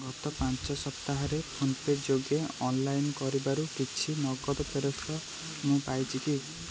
ଗତ ପାଞ୍ଚ ସପ୍ତାହରେ ଫୋନ୍ପେ ଯୋଗେ ଅନ୍ଲାଇନ୍ କାରବାରରୁ କିଛି ନଗଦ ଫେରସ୍ତ ମୁଁ ପାଇଛି କି